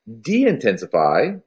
de-intensify